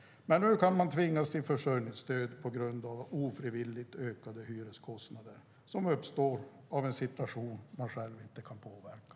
Men nu kan man tvingas till försörjningsstöd på grund av ofrivilligt ökade hyreskostnader som uppstår av en situation man själv inte kan påverka.